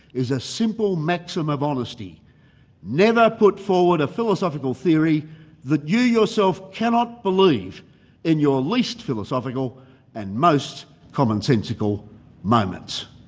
is a simple maxim of honesty never put forward a philosophical theory that you yourself cannot believe in your least philosophical and most commonsensical moments.